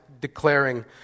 declaring